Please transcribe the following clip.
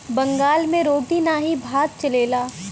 बंगाल मे रोटी नाही भात चलेला